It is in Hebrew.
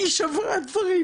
היא שברה דברים.